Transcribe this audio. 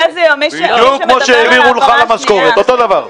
בדיוק כמו שהעבירו לך למשכורת, אותו דבר.